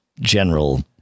general